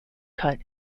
cut